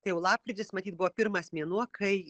tai jau lapkritis matyt buvo pirmas mėnuo kai